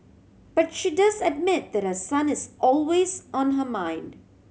but she does admit that her son is always on her mind